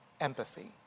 empathy